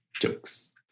Jokes